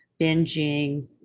binging